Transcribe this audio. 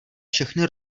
všechny